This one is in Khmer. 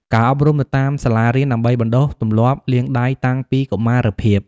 ការអប់រំនៅតាមសាលារៀន ដើម្បីបណ្តុះទម្លាប់លាងដៃតាំងពីកុមារភាព។